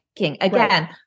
Again